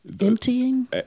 emptying